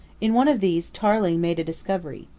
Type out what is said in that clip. in one of these tarling made a discovery.